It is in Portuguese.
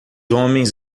homens